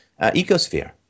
ecosphere